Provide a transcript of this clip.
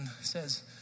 says